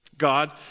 God